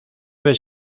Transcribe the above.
debe